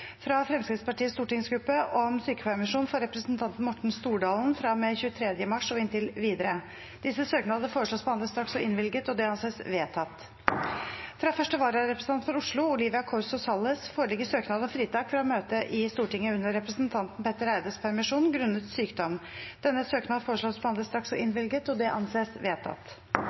fra Fremskrittspartiets stortingsgruppe om sykepermisjon for representanten Morten Stordalen fra og med 23. mars og inntil videre Disse søknadene foreslås behandlet straks og innvilget. – Det anses vedtatt. Fra første vararepresentant for Oslo, Olivia Corso Salles , foreligger søknad om fritak fra å møte i Stortinget under representanten Petter Eides permisjon grunnet sykdom. Etter forslag fra presidenten ble enstemmig besluttet: Denne søknaden behandles straks og